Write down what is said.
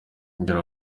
ngira